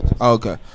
Okay